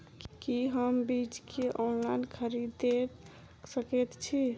की हम बीज केँ ऑनलाइन खरीदै सकैत छी?